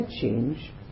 change